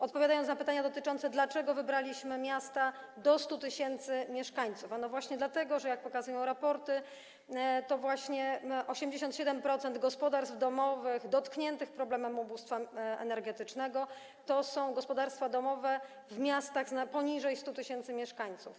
Odpowiadając na pytania, dlaczego wybraliśmy miasta do 100 tys. mieszkańców, trzeba powiedzieć, że właśnie dlatego, że jak pokazują raporty, to właśnie 87% gospodarstw domowych dotkniętych problemem ubóstwa energetycznego to są gospodarstwa domowe w miastach poniżej 100 tys. mieszkańców.